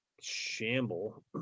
shamble